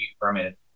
permit